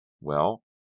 Well